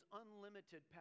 unlimited